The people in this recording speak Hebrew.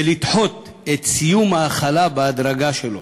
ולדחות את סיום ההחלה-בהדרגה שלו.